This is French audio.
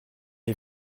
est